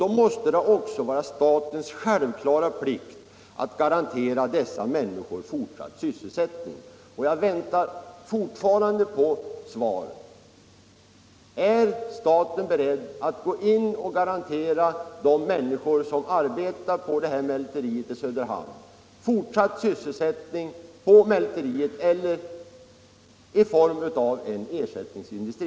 Då måste det också vara statens självklara plikt att garantera dessa människor fortsatt sysselsättning. Jag väntar fortfarande på ett svar på frågan: Är staten beredd att gå in och garantera de människor som arbetar på mälteriet i Söderhamn fortsatt sysselsättning på mälteriet eller inom någon ersättningsindustri?